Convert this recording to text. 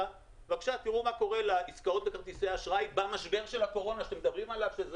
תראו מה קורה לעסקאות בכרטיסי אשראי במשבר של הקורונה שאתם מדברים עליו.